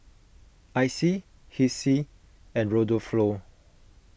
Icie Hessie and